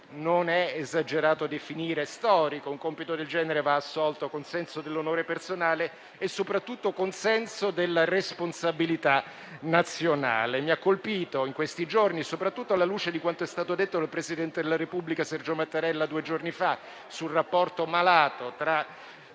non è esagerato definire storico. Un compito del genere va assolto con senso dell'onore personale e soprattutto con senso di responsabilità nazionale. In questi giorni, soprattutto alla luce di quanto detto dal Presidente della Repubblica, Sergio Mattarella, due giorni fa, sul rapporto malato tra